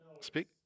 speak